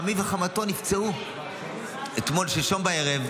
חמיו וחמותו נפצעו שלשום בערב,